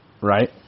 right